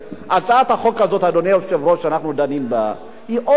הצעת החוק הזאת שאנחנו דנים בה היא עוד הצעת